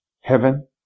Heaven